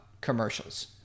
commercials